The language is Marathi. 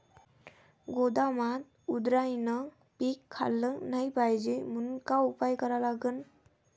गोदामात उंदरायनं पीक खाल्लं नाही पायजे म्हनून का उपाय करा लागन?